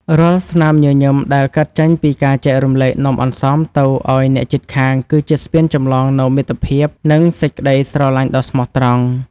រាល់ស្នាមញញឹមដែលកើតចេញពីការចែករំលែកនំអន្សមទៅឱ្យអ្នកជិតខាងគឺជាស្ពានចម្លងនូវមិត្តភាព និង សេចក្ដីស្រឡាញ់ដ៏ស្មោះត្រង់។